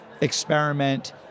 experiment